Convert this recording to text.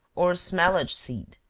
or smallage seed.